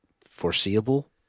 foreseeable